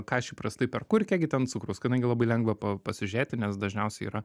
ką aš įprastai perku ir kiek gi ten cukraus kadangi labai lengva pa pasižiūrėti nes dažniausiai yra